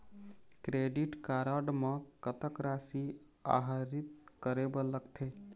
Credit card म कतक राशि आहरित करे बर लगथे?